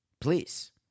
please